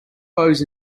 bows